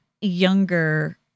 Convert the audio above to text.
younger